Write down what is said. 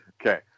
Okay